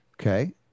Okay